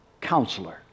counselor